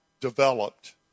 developed